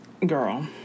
girl